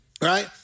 right